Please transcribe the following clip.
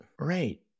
Right